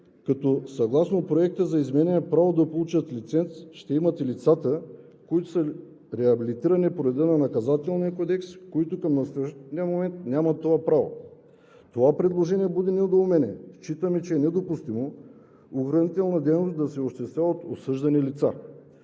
като съгласно Проекта за изменение право да получат лиценз ще имат и лицата, които са реабилитирани по реда на Наказателния кодекс, които към настоящия момент нямат това право. Това предложение буди недоумение и считаме, че е недопустимо охранителна дейност да се осъществява от осъждани лица.